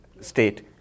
state